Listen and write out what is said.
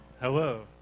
Hello